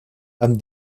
amb